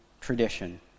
tradition